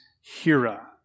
Hira